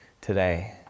today